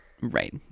right